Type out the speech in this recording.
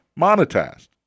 monetized